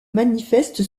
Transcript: manifeste